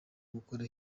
gukora